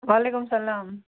وعلیکُم سَلام